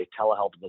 telehealth